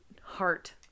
heart